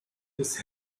des